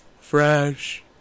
fresh